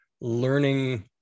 learning